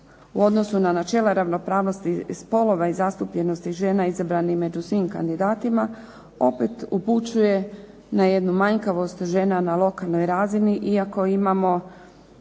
u odnosu na načela ravnopravnosti spolova i zastupljenosti žena izabranim među svim kandidatima, opet upućuje na jednu manjkavost žena na lokalnoj razini, iako imamo